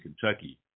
Kentucky